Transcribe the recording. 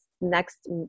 next